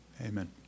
Amen